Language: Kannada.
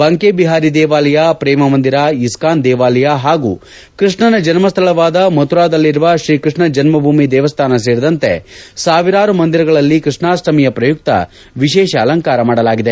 ಬಂಕೆ ಬಿಹಾರಿ ದೇವಾಲಯ ಪ್ರೇಮಮಂದಿರ ಇಸ್ಥಾನ್ ದೇವಾಲಯ ಹಾಗೂ ಕೃಷ್ಣನ ಜನ್ಹ್ವಳವಾದ ಮಥುರಾದಲ್ಲಿರುವ ಶ್ರೀಕೃಷ್ಣ ಜನ್ಮಭೂಮಿ ದೇವಸ್ಥಾನ ಸೇರಿದಂತೆ ಸಾವಿರಾರು ಮಂದಿರಗಳಲ್ಲಿ ಕೃಷ್ಣಾಷ್ಣಮಿಯ ಪ್ರಯುಕ್ತ ವಿಶೇಷ ಅಲಂಕಾರ ಮಾಡಲಾಗಿದೆ